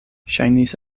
ŝajnis